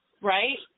Right